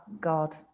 God